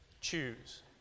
choose